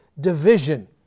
division